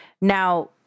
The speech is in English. Now